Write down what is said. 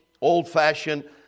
old-fashioned